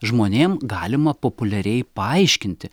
žmonėm galima populiariai paaiškinti